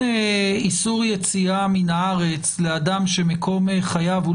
הרבניים עכשיו באופן קבע להטיל איסורים על אנשים שהם לא